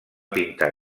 pintar